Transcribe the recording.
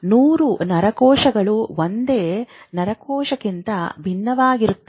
ನೂರು ನರಕೋಶಗಳು ಒಂದೇ ನರಕೋಶಕ್ಕಿಂತ ಭಿನ್ನವಾಗಿರುತ್ತದೆ